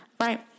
right